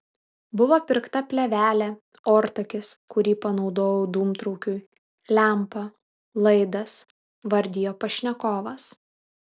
buvo pirkta plėvelė ortakis kurį panaudojau dūmtraukiui lempa laidas vardijo pašnekovas